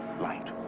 light